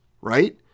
right